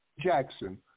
Jackson